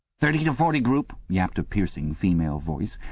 thirty to forty group yapped a piercing female voice.